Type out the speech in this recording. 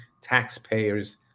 taxpayers